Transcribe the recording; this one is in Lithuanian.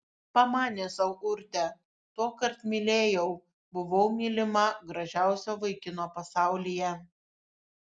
pamanė sau urtė tuokart mylėjau buvau mylima gražiausio vaikino pasaulyje